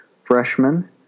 freshman